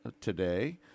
today